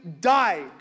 died